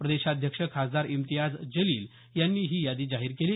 प्रदेशाध्यक्ष खासदार इम्तियाज जलील यांनी ही यादी जाहीर केली